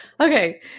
Okay